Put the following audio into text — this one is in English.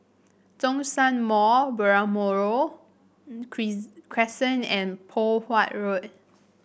Zhongshan Mall Balmoral Crescent and Poh Huat Road